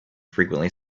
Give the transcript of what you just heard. frequently